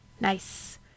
Nice